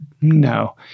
No